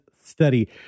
study